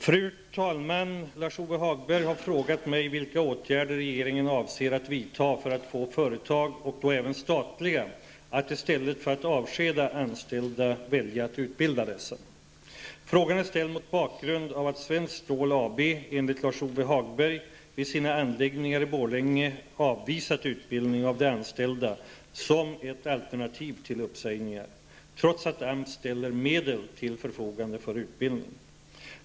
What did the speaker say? Fru talman! Lars-Ove Hagberg har frågat mig vilka åtgärder regeringen avser att vidta för att få företag -- och då även statliga -- att i stället för att avskeda anställda välja att utbilda dessa. Frågan är ställd mot bakgrund av att Svenskt Stål AB, enligt Lars-Ove Hagberg, vid sina anläggningar i Borlänge avvisat utbildning av de anställda som ett alternativ till uppsägningar, trots att AMS ställer medel till förfogande för utbildning.